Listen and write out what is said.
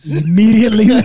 immediately